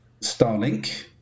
Starlink